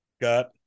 Got